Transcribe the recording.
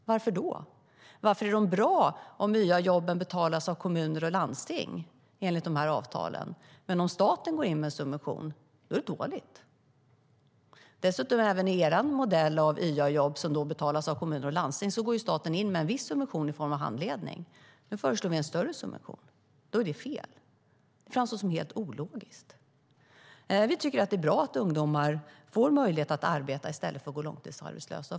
Varför då? Varför är det bra att YA-jobben betalas av kommuner och landsting enligt avtalen, men om staten går in med subvention är det dåligt? I er modell av YA-jobb som betalas av kommuner och landsting går staten in med en viss subvention i form av handledning. Nu föreslår vi en större subvention, och då är det fel. Det framstår som helt ologiskt. Vi tycker att det är bra att ungdomar får möjlighet att arbeta i stället för att gå långtidsarbetslösa.